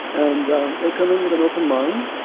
and the the come in with an open mind.